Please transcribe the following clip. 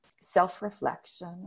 self-reflection